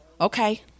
Okay